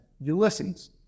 Ulysses